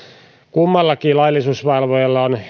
kummallakin laillisuusvalvojalla on